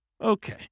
Okay